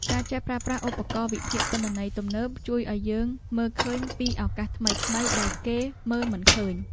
ការចេះប្រើប្រាស់ឧបករណ៍វិភាគទិន្នន័យទំនើបជួយឱ្យយើងមើលឃើញពីឱកាសថ្មីៗដែលគេមើលមិនឃើញ។